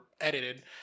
edited